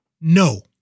no